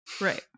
right